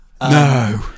No